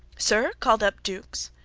sir? called up jukes.